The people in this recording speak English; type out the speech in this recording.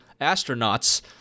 astronauts